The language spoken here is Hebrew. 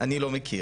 אני לא מכיר.